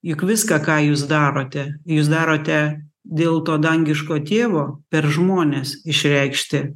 juk viską ką jūs darote jūs darote dėl to dangiško tėvo per žmones išreikšti